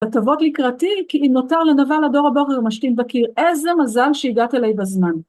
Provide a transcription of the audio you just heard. ותבואו לקראתי, כי אם נותר לדבר לדור הבא ומשתין בקיר, איזה מזל שהגעת אליי בזמן.